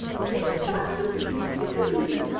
plain facts of the case are these.